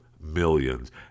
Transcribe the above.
millions